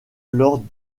lors